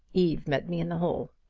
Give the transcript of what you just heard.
eve met me in the hall.